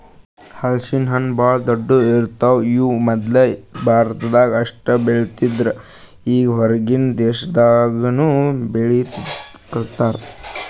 ಹಲಸಿನ ಹಣ್ಣ್ ಭಾಳ್ ದೊಡ್ಡು ಇರ್ತವ್ ಇವ್ ಮೊದ್ಲ ಭಾರತದಾಗ್ ಅಷ್ಟೇ ಬೆಳೀತಿರ್ ಈಗ್ ಹೊರಗಿನ್ ದೇಶದಾಗನೂ ಬೆಳೀಲಿಕತ್ತಾರ್